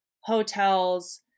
hotels